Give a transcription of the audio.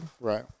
Right